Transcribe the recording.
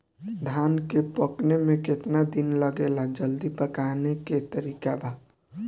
धान के पकने में केतना दिन लागेला जल्दी पकाने के तरीका बा?